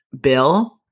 bill